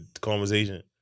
Conversation